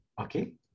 Okay